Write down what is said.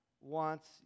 wants